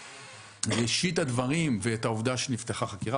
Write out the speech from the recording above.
ראשית הדברים ואת העובדה שנפתחה חקירה,